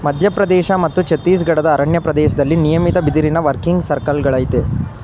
ಮಧ್ಯಪ್ರದೇಶ ಮತ್ತು ಛತ್ತೀಸ್ಗಢದ ಅರಣ್ಯ ಪ್ರದೇಶ್ದಲ್ಲಿ ನಿಯಮಿತ ಬಿದಿರಿನ ವರ್ಕಿಂಗ್ ಸರ್ಕಲ್ಗಳಯ್ತೆ